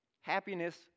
Happiness